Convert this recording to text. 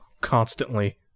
constantly